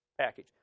package